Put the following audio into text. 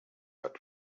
but